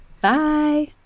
Bye